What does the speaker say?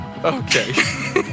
Okay